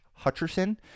Hutcherson